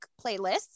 playlists